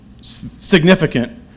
Significant